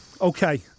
Okay